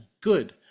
good